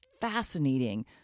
fascinating